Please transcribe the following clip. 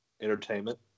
entertainment